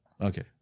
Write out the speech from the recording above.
Okay